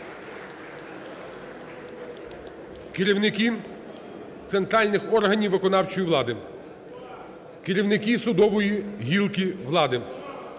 Керівники центральних органів виконавчої влади, керівники судової гілки влади,